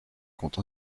compte